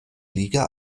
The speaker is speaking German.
liga